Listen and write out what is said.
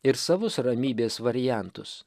ir savus ramybės variantus